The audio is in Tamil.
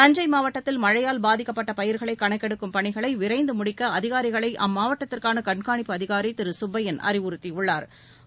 தஞ்சை மாவட்டத்தில் மழையால் பாதிக்கப்பட்ட பயிர்களை கணக்கெடுக்கும் பணிகளை விரைந்து முடிக்க அதிகாரிகளை அம்மாவட்டத்திற்கான கண்காணிப்பு அதிகாரி திரு சுப்பையன் அறிவுறுத்தியுள்ளாா்